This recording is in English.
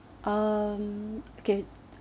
um okay